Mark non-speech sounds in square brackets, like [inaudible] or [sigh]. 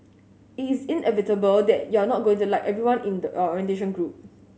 it is inevitable that you're not going to like everyone in the [unintelligible] in the orientation group